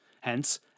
Hence